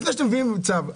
לפני שאתם מביאים צו.